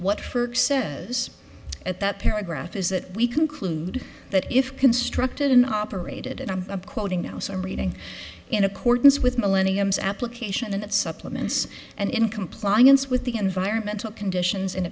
what for says at that paragraph is that we conclude that if constructed in operated and i'm quoting now so i'm reading in accordance with millenniums application and it supplements and in compliance with the environmental conditions